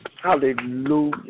Hallelujah